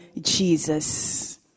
Jesus